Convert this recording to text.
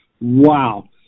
wow